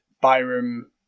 Byron